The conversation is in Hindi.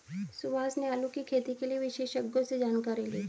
सुभाष ने आलू की खेती के लिए विशेषज्ञों से जानकारी ली